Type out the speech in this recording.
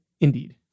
Indeed